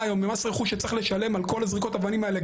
היום ומס רכוש שצריך לשלם על כל זריקות האבנים האלה,